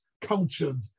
cultured